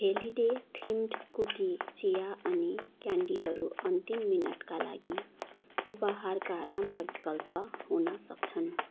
holiday themed cookie चिया अनि क्यान्डीहरू अन्तिम मिनटका लागि उपहारका राम्रा विकल्प हुन सक्छन्